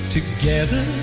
Together